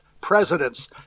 presidents